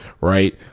right